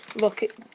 look